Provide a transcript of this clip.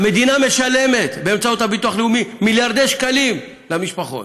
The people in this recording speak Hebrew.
המדינה משלמת באמצעות הביטוח הלאומי מיליארדי שקלים למשפחות.